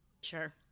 Sure